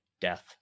death